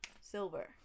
Silver